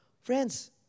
Friends